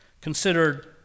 considered